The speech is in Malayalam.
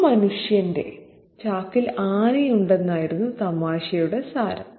ആ മനുഷ്യന്റെ ചാക്കിൽ ആനയുണ്ടെന്നായിരുന്നു തമാശയുടെ സാരം